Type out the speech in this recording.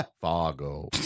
Fargo